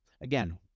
Again